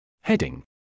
Heading